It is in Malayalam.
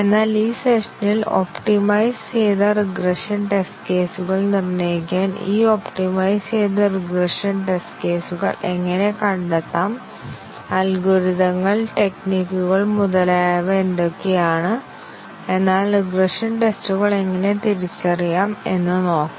എന്നാൽ ഈ സെഷനിൽ ഒപ്റ്റിമൈസ് ചെയ്ത റിഗ്രഷൻ ടെസ്റ്റ് കേസുകൾ നിർണ്ണയിക്കാൻ ഈ ഒപ്റ്റിമൈസ് ചെയ്ത റിഗ്രഷൻ ടെസ്റ്റ് കേസുകൾ എങ്ങനെ കണ്ടെത്താം അൽഗോരിതങ്ങൾ ടെക്നിക്കുകൾ മുതലായവ എന്തൊക്കെയാണ് എന്നാൽ റിഗ്രഷൻ ടെസ്റ്റുകൾ എങ്ങനെ തിരിച്ചറിയാം എന്ന് നോക്കാം